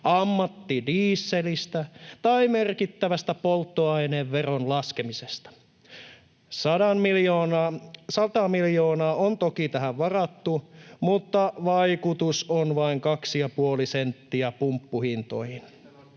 ammattidieselistä tai merkittävästä polttoaineveron laskemisesta. 100 miljoonaa on toki tähän varattu, mutta vaikutus on vain 2,5 senttiä pumppuhintoihin.